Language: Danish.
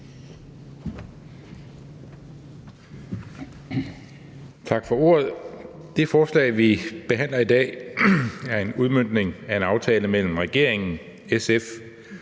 Tak for ordet. Det forslag, vi behandler i dag, er en udmøntning af en aftale mellem regeringen, SF,